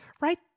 right